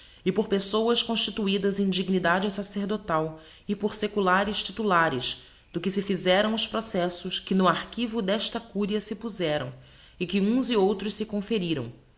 e por pessoas constituidas em dignidade sacerdotal e por seculares titulares do que se fizeram os processos que no archivo desta curia se pozeram e que uns e outros se conferiram